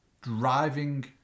driving